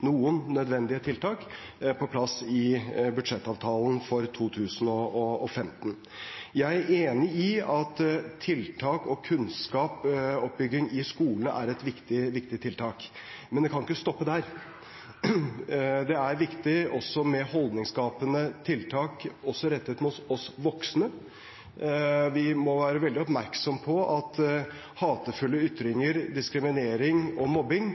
noen nødvendige tiltak på plass i budsjettavtalen for 2015. Jeg er enig i at kunnskapsoppbygging i skolen er et viktig tiltak, men det kan ikke stoppe der. Det er i tillegg viktig med holdningsskapende tiltak – også rettet mot oss voksne. Vi må være veldig oppmerksomme på at hatefulle ytringer, diskriminering og mobbing